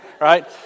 right